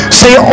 say